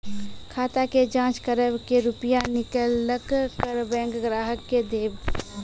खाता के जाँच करेब के रुपिया निकैलक करऽ बैंक ग्राहक के देब?